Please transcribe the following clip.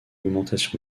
augmentation